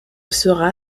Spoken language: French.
sera